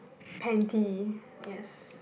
panty yes